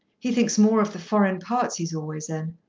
he thinks more of the foreign parts he's always in.